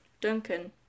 Duncan